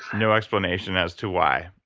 no explanation as to why.